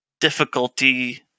difficulty